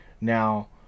Now